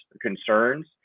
concerns